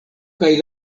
kaj